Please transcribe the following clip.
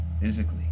Physically